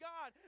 God